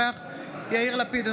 אינו נוכח יאיר לפיד,